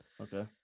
Okay